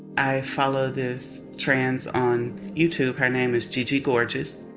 i follow this trans on youtube, her name is gigi gorgeous.